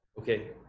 Okay